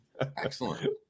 excellent